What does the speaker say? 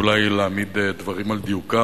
אולי להעמיד דברים על דיוקם,